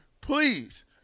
please